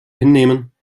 hinnehmen